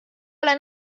ole